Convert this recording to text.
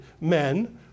men